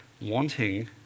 wanting